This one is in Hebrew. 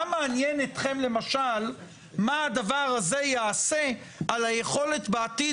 מה מעניין אתכם למשל מה הדבר הזה יעשה על היכולת בעתיד